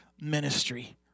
ministry